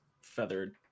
feathered